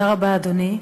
אדוני,